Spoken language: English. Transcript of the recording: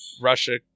Russia